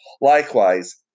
Likewise